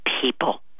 people